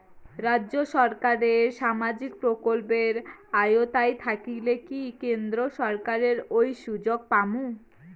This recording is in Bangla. রাজ্য সরকারের সামাজিক প্রকল্পের আওতায় থাকিলে কি কেন্দ্র সরকারের ওই সুযোগ পামু?